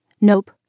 nope